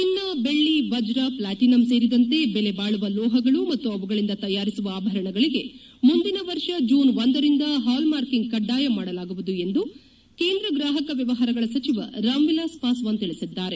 ಚಿನ್ನ ಬೆಳ್ಳಿ ವಜ್ರ ಪ್ಲಾಟಿನಂ ಸೇರಿದಂತೆ ಬೆಲೆ ಬಾಳುವ ಲೋಹಗಳು ಮತ್ತು ಅವುಗಳಿಂದ ತಯಾರಿಸುವ ಆಭರಣಗಳಿಗೆ ಮುಂದಿನ ವರ್ಷ ಜೂನ್ ರಿಂದ ಪಾಲ್ಮಾರ್ಕಿಂಗ್ ಕಡ್ಲಾಯ ಮಾಡಲಾಗುವುದು ಎಂದು ಕೇಂದ್ರ ಗ್ರಾಪಕ ವ್ಯವಹಾರಗಳ ಸಚಿವ ರಾಮ್ವಿಲಾಸ್ ಪಾಸ್ವಾನ್ ತಿಳಿಸಿದ್ದಾರೆ